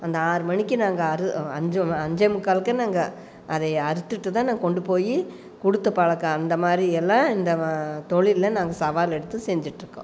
அந்த ஆறு மணிக்கு நாங்கள் அது அஞ்சு அஞ்சே முக்காலுக்கு நாங்கள் அதை அறுத்துட்டுதான் நான் கொண்டு போய் கொடுத்த பழக்கம் அந்த மாதிரியெல்லாம் இந்த தொழிலில் நாங்கள் சவால் எடுத்து செஞ்சுட்ருக்கோம்